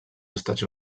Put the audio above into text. estats